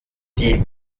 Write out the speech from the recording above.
die